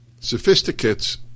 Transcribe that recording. Sophisticates